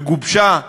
וגובשה טיוטה,